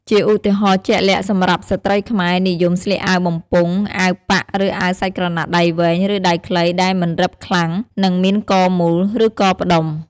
ជាឧទាហរណ៍ជាក់លាក់ សម្រាប់ស្ត្រីខ្មែរ និយមស្លៀកអាវបំពង់ អាវប៉ាក់ ឬអាវសាច់ក្រណាត់ដៃវែង ឬដៃខ្លីដែលមិនរឹបខ្លាំង និងមានកមូល ឬកផ្ដុំ។